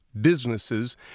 businesses